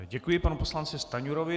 Děkuji panu poslanci Stanjurovi.